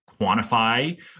quantify